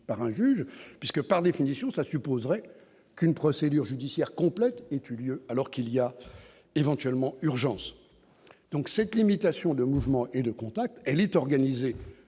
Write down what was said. par un juge, puisque par définition, cela supposerait qu'une procédure judiciaire complète est eu lieu alors qu'il y a éventuellement urgence donc cette limitation de mouvement et de contact, elle est organisée